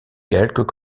quelques